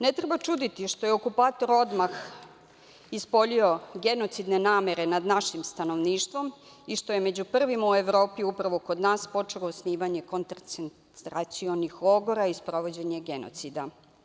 Ne treba čuditi što je okupator odmah ispoljio genocidne namene nad našim stanovništvom i što je među prvima u Evropi upravo kod nas počelo osnivanje koncentracionih logora i sprovođenje genocida.